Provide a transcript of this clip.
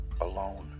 alone